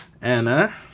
Anna